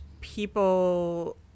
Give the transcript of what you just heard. people